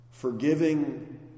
forgiving